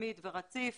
מתמיד ורציף